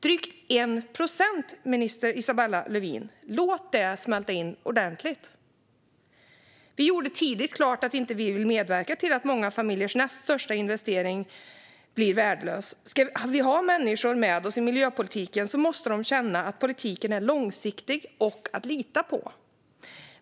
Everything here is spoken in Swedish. Drygt 1 procent, minister Isabella Lövin. Låt det smälta in ordentligt! Vi gjorde tidigt klart att vi inte vill medverka till att många familjers näst största investering blir värdelös. Ska vi ha människor med oss i miljöpolitiken måste de känna att politiken är långsiktig och går att lita på.